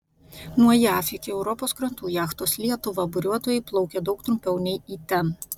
nuo jav iki europos krantų jachtos lietuva buriuotojai plaukė daug trumpiau nei į ten